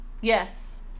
Yes